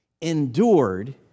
endured